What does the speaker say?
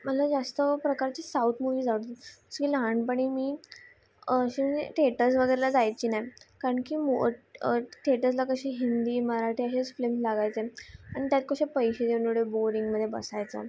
मला जास्त प्रकारची साऊथ मूव्हीज आवडतात स्ली लहानपणी मी असे थेटर्स वगैरेला जायची नाही कारण की मो थेटर्सला कशी हिंदी मराठी असेच फ्लिम लागायचे आणि त्यात कसे पैसे देऊन एवढे बोरिंगमध्ये बसायचं